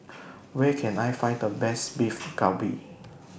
Where Can I Find The Best Beef Galbi